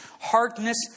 hardness